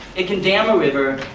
it can dam a river,